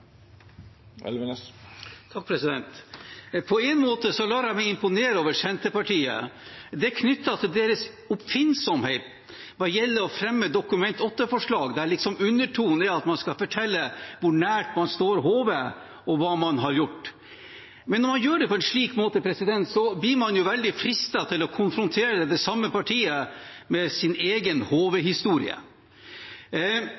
På en måte lar jeg meg imponere over Senterpartiet. Det er knyttet til deres oppfinnsomhet hva gjelder å fremme Dokument 8-forslag, der undertonen er at man skal fortelle hvor nært man står HV, og hva man har gjort. Men når man gjør det på en slik måte, blir man veldig fristet til å konfrontere det samme partiet med egen